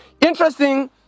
interesting